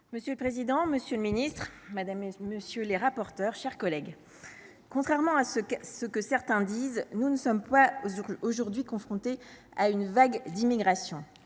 Monsieur le président, monsieur le ministre, madame la secrétaire d’État, mes chers collègues, « contrairement à ce que certains disent, nous ne sommes pas aujourd’hui confrontés à une vague d’immigration.